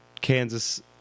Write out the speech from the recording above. Kansas